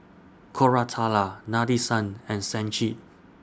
Koratala Nadesan and Sachin